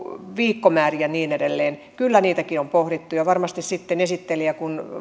viikkomääristä ja niin edelleen kyllä niitäkin on pohdittu ja varmasti sitten kun